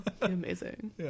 amazing